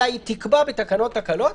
אלא היא תקבע בתקנות הקלות,